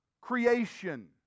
creation